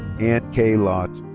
anne k. lott.